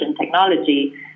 technology